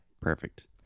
perfect